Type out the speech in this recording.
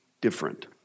different